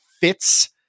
fits